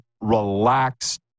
relaxed